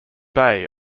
bay